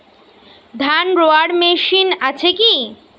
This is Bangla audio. ধান রোয়ার মেশিন আছে কি?